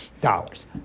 dollars